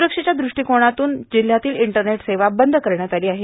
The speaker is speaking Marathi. सुरक्षेच्या दृष्टीकोनातून जिल्हयातील इंटरनेट सेवा बंद करण्यात आली आहे